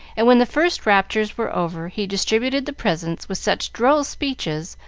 and, when the first raptures were over he distributed the presents with such droll speeches,